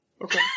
Okay